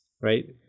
Right